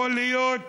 יכול להיות